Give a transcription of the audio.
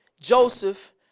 Joseph